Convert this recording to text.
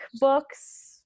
books